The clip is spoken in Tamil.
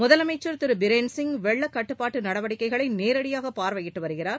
முதலமைச்சள் திரு பிரேன் சிங் வெள்ளக்கட்டுப்பாட்டு நடவடிக்கைகளை நேரடியாக மேற்பாா்வையிட்டு வருகிறார்